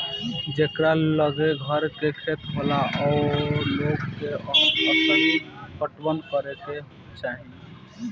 जेकरा लगे घर के खेत होला ओ लोग के असही पटवनी करे के चाही